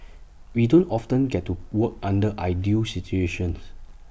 we don't often get to work under ideal situations